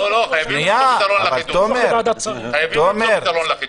לא, לא, חייבים למצוא פתרון לחידוש.